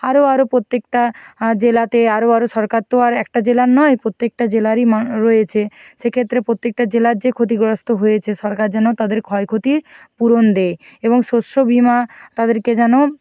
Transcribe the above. আরো আরো প্রত্যেকটা জেলাতে আরো আরো সরকার তো আর একটা জেলার নয় প্রত্যেকটা জেলারই মান রয়েছে সেক্ষেত্রে প্রত্যেকটা জেলার যে ক্ষতিগ্রস্ত হয়েছে সরকার যেন তাদের ক্ষয় ক্ষতি পূরণ দেয় এবং শস্য বিমা তাদেরকে যেন